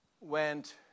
went